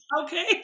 okay